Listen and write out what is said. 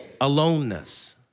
aloneness